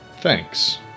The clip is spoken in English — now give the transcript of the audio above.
Thanks